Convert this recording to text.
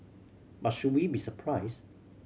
but should we be surprised